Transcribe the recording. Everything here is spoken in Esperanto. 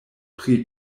pri